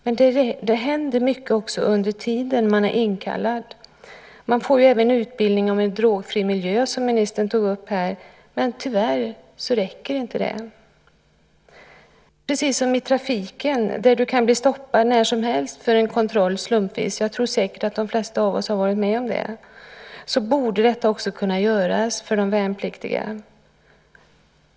Men det händer mycket under tiden som man är inkallad. Man får även utbildning om en drogfri miljö, som ministern tog upp här, men tyvärr räcker inte det. I trafiken kan du bli stoppad när som helst vid en slumpvis kontroll. Jag tror säkert att de flesta av oss varit med om det. På samma sätt borde det kunna göras en kontroll av de värnpliktiga.